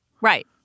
Right